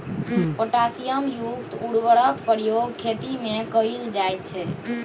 potassium युक्त उर्वरकक प्रयोग खेतीमे कैल जाइत छै